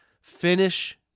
Finish